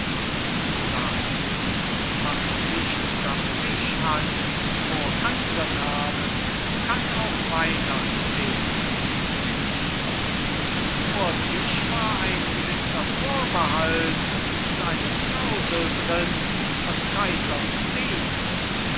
isolani was ficht das mich an wo andre namen kann auch meiner stehn tiefenbach vor tisch war ein gewisser vorbehalt und eine klausel drin von kaisers dienst